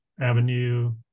Avenue